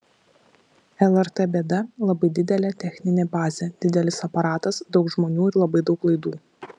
lrt bėda labai didelė techninė bazė didelis aparatas daug žmonių ir labai daug laidų